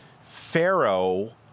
Pharaoh